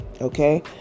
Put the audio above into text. Okay